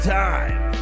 time